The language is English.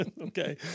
Okay